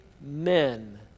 men